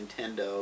Nintendo